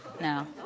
No